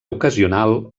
ocasional